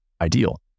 ideal